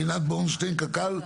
עינת בורנשטיין, קק"ל.